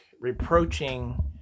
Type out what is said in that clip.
reproaching